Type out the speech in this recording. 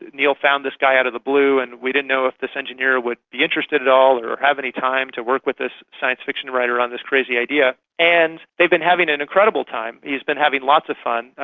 neal found this guy out of the blue and we didn't know if this engineer would be interested at all or have any time to work with this science-fiction writer on this crazy idea. and they've been having an incredible time. he's been having lots of fun.